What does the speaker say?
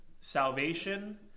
salvation